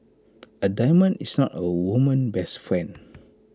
A diamond is not A woman's best friend